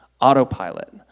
Autopilot